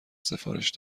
سفارش